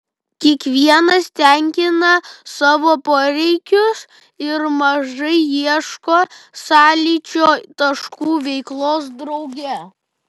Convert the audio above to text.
kiekvienas tenkina savo poreikius ir mažai ieško sąlyčio taškų veiklos drauge